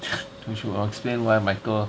she will explain why michael